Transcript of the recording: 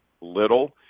little